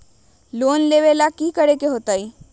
Loan लेवेला की करेके होतई?